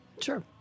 Sure